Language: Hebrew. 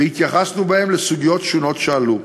והתייחסנו בהם לסוגיות שונות שעלו.